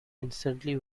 instantly